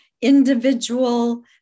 individual